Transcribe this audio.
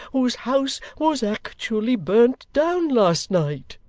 whose house was actually burnt down last night